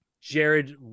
Jared